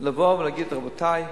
לבוא ולהגיד: רבותי,